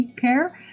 care